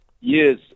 Yes